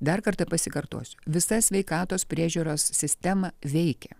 dar kartą pasikartosiu visa sveikatos priežiūros sistema veikia